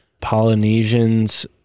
Polynesians